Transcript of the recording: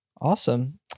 Awesome